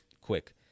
quick